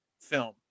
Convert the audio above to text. film